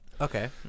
Okay